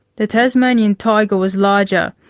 the tasmanian tiger was larger,